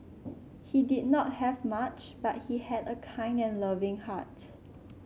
he did not have much but he had a kind and loving heart